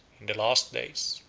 in the last days,